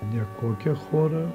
ne kokį chorą